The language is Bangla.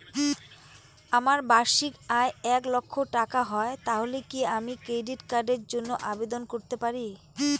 যদি আমার বার্ষিক আয় এক লক্ষ টাকা হয় তাহলে কি আমি ক্রেডিট কার্ডের জন্য আবেদন করতে পারি?